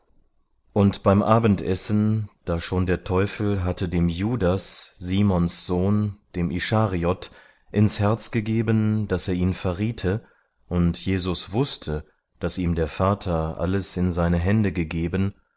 und beim abendessen da schon der teufel hatte dem judas simons sohn dem ischariot ins herz gegeben daß er ihn verriete und jesus wußte daß ihm der vater alles in seine hände gegeben